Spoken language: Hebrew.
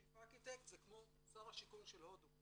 chief architect זה כמו שר השיכון של הודו.